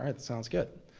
right, sounds good.